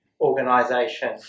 organisation